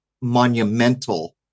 monumental